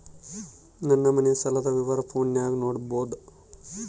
ನನ್ನ ಮನೆ ಸಾಲದ ವಿವರ ಫೋನಿನಾಗ ನೋಡಬೊದ?